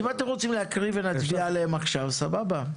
אם אתם רוצים להקריא ונצביע עליהן עכשיו, סבבה.